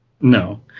No